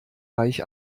reich